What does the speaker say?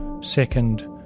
second